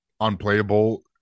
unplayable